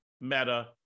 Meta